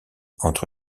entre